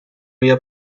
vida